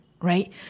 right